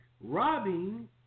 robbing